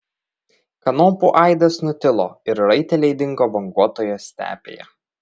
kanopų aidas nutilo ir raiteliai dingo banguotoje stepėje